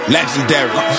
Legendary